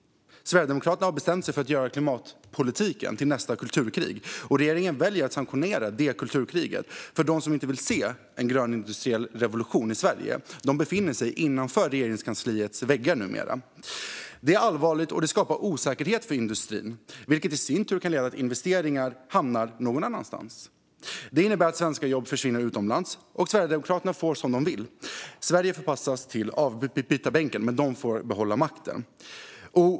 Sverigedemokraterna har bestämt sig för att göra klimatpolitiken till nästa kulturkrig. Och regeringen väljer att sanktionera detta kulturkrig. De som inte vill se en grön industriell revolution i Sverige befinner sig numera innanför Regeringskansliets väggar. Det är allvarligt, och det skapar osäkerhet för industrin. Det kan i sin tur leda till att investeringar hamnar någon annanstans. Det innebär att svenska jobb försvinner utomlands och att Sverigedemokraterna får som de vill. Sverige förpassas till avbytarbänken, men de får behålla makten.